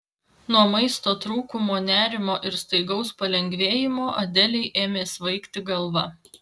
nuo maisto trūkumo nerimo ir staigaus palengvėjimo adelei ėmė svaigti galva